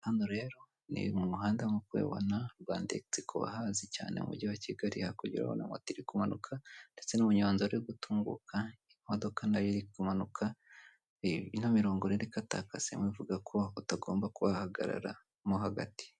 Hano rero ni mu muhanda nk'uko ubibona rwandex ku bahazi cyane mu mujyi wa Kigali hakugeraho na moto iri kumanuka, ndetse n'umunyonzi ari gutunguka, imodoka nayo iri kumanuka. Ino mirongo rero irimo ikatakase ni ukuvuga ko utagomba kuhagararamo hagati.